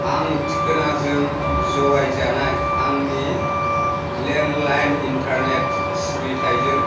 आं थिखोनाजों जगायजानाय आंनि लेन्डलाइन इन्टारनेट सिबिथायजों